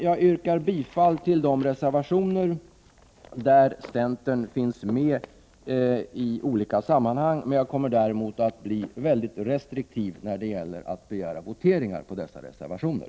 Jag yrkar bifall till samtliga reservationer där centern finns med i olika sammanhang, men jag kommer däremot att bli mycket restriktiv när det gäller att begära voteringar om dessa reservationer.